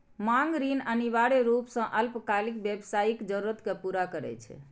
मांग ऋण अनिवार्य रूप सं अल्पकालिक व्यावसायिक जरूरत कें पूरा करै छै